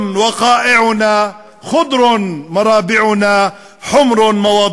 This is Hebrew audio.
(אומר בערבית ומתרגם:)